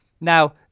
Now